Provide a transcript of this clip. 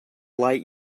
light